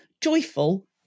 Joyful